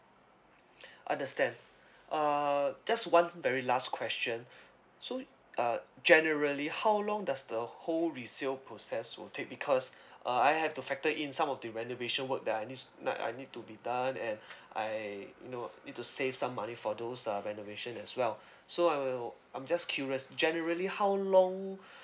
understand uh just one very last question so uh generally how long does the whole resale process will take because uh I have to factor in some of the renovation work that I need to that I need to be done and I you know need to save some money for those uh renovation as well so I'm a little I'm just curious generally how long